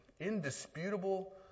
indisputable